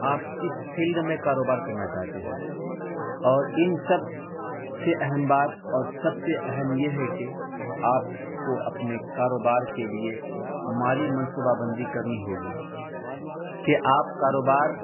آپ کس فیلڈ میں کاروبار کرنا چاہتے ہیں اور ان سب سے اہم بات اور سب سے اہم یہ ہے کہ آپ کو اپنے کاروبار کے لیے مالی منصوبہ بندی کرنی ہوگی کہ آپ کاروبار